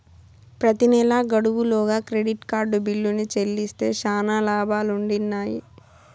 ప్రెతి నెలా గడువు లోగా క్రెడిట్ కార్డు బిల్లుని చెల్లిస్తే శానా లాబాలుండిన్నాయి